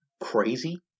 crazy